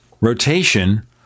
rotation